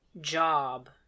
job